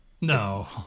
No